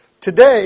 Today